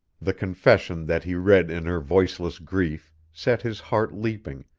the confession that he read in her voiceless grief set his heart leaping,